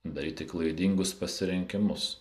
daryti klaidingus pasirinkimus